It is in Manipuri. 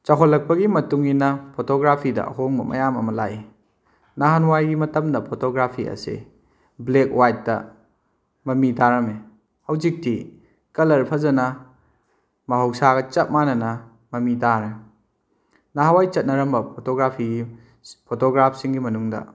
ꯆꯥꯎꯈꯠꯂꯛꯄꯒꯤ ꯃꯇꯨꯡ ꯏꯟꯅ ꯐꯣꯇꯣꯒ꯭ꯔꯥꯐꯤꯗ ꯑꯍꯣꯡꯕ ꯃꯌꯥꯝ ꯑꯃ ꯂꯥꯛꯏ ꯅꯍꯥꯟꯋꯥꯏꯒꯤ ꯃꯇꯝꯗ ꯐꯣꯇꯣꯒ꯭ꯔꯥꯐꯤ ꯑꯁꯦ ꯕ꯭ꯂꯦꯛ ꯋꯥꯏꯠꯇ ꯃꯃꯤ ꯇꯥꯔꯝꯃꯦ ꯍꯧꯖꯤꯛꯇꯤ ꯀꯂꯔ ꯐꯖꯅ ꯃꯍꯧꯁꯥꯒ ꯆꯞ ꯃꯥꯟꯅꯅ ꯃꯃꯤ ꯇꯥꯔꯦ ꯅꯍꯥꯟꯋꯥꯏ ꯆꯠꯅꯔꯝꯕ ꯐꯣꯇꯣꯒ꯭ꯔꯥꯐꯤꯒꯤ ꯐꯣꯇꯣꯒ꯭ꯔꯥꯞꯁꯤꯡꯒꯤ ꯃꯅꯨꯡꯗ